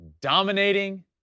dominating